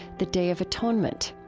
the day of atonement.